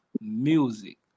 music